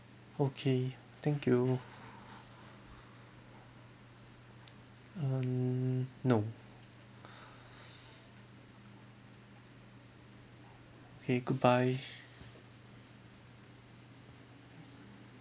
okay thank you um no okay goodbye